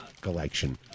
collection